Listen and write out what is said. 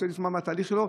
רוצה לשמוע על התהליך שלו,